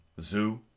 Zoo